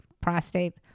prostate